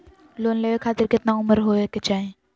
Loan लेवे खातिर केतना उम्र होवे चाही?